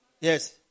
Yes